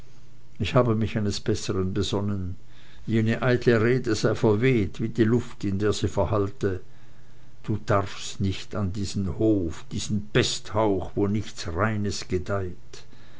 ich habe mich eines bessern besonnen jene eitle rede sei verweht wie die luft in der sie verhallte du darfst nicht an den hof in diesen pesthauch wo nichts reines gedeiht